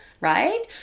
right